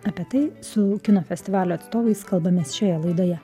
apie tai su kino festivalio atstovais kalbamės šioje laidoje